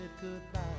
goodbye